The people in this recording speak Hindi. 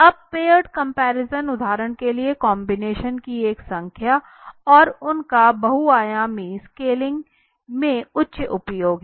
अब पेयर्ड कंपैरिजन उदाहरण के लिए कॉम्बिनेशन की एक संख्या और उनका बहुआयामी स्केलिंग में उच्च उपयोग है